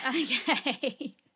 Okay